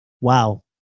wow